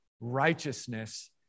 righteousness